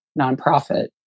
nonprofit